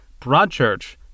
Broadchurch